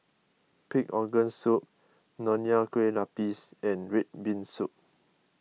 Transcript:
Pig Organ Soup Nonya Kueh Lapis and Red Bean Soup